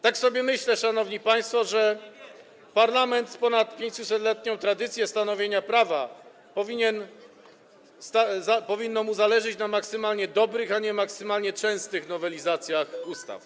Tak sobie myślę, szanowni państwo, że parlamentowi z ponad 500-letnią tradycją stanowienia prawa powinno zależeć na maksymalnie dobrych, a nie maksymalnie częstych nowelizacjach ustaw.